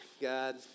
God